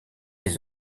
les